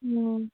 হুম